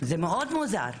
זה מאוד מוזר.